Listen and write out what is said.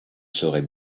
saurait